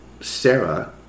Sarah